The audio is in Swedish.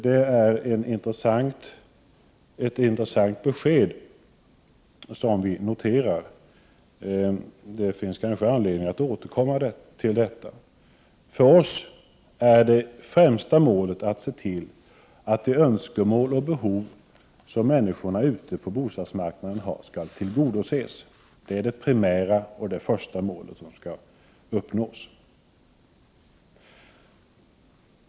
Detta är ett intressant besked, och det finns kanske anledning att återkomma. För oss är det främsta målet att se till att de önskemål och behov som människorna ute på bostadsmarknaden har skall tillgodoses. Det är det primära och det första mål som skall uppnås.